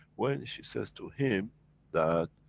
when she says to him that,